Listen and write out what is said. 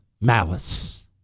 malice